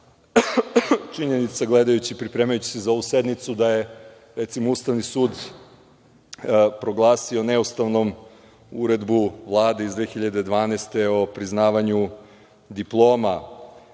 činjenica, gledajući i pripremajući se za ovu sednicu, da je recimo Ustavni sud proglasio neustavnom uredbu Vlade iz 2012. godine o priznavanju diploma